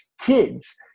kids